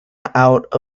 out